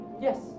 Yes